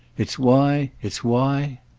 it's why, it's why